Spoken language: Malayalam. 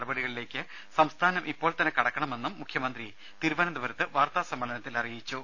നടപടികളിലേക്ക് സംസ്ഥാനം ഇപ്പോൾ തന്നെ കടക്കണമെന്നും മുഖ്യമന്ത്രി തിരുവനന്തപുരത്ത് വാർത്താ സമ്മേളനത്തിൽ പറഞ്ഞു